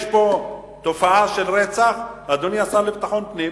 יש פה תופעה של רצח, אדוני השר לביטחון פנים.